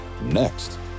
next